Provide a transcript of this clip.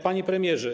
Panie Premierze!